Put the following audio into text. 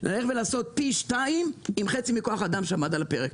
לעשות פי שתיים עם חצי מכוח האדם שעמד על הפרק.